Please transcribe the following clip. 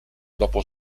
dopo